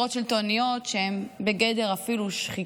שלטוניות לא סבירות, שהן אפילו בגדר שחיתות,